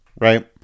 right